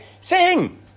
sing